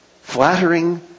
flattering